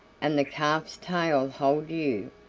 and the calf's tail hold you,